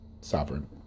Sovereign